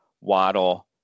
Waddle